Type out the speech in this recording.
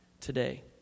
today